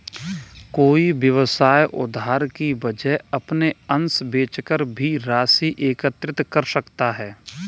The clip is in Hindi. कोई व्यवसाय उधार की वजह अपने अंश बेचकर भी राशि एकत्रित कर सकता है